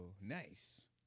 Nice